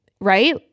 right